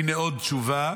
הינה עוד תשובה.